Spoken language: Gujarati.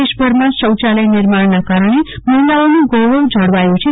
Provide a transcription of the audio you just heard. દેશભરમાં શૌચાલય નિર્માણના કારણે મહિલાઓનું ગૌરવ જળવાયુ છે